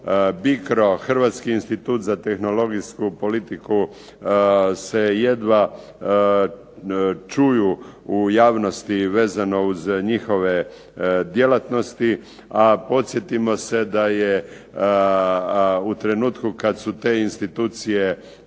BICRO, Hrvatski institut za tehnologijsku politiku se jedva čuju u javnosti vezano uz njihove djelatnosti, a podsjetimo se da je u trenutku kad su te institucije